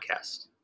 podcast